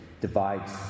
divides